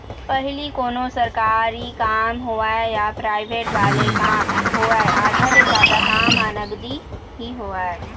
पहिली कोनों सरकारी काम होवय या पराइवेंट वाले काम होवय आधा ले जादा काम ह नगदी ही होवय